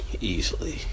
easily